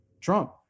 Trump